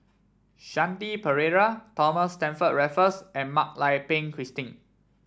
Shanti Pereira Thomas Stamford Raffles and Mak Lai Peng Christine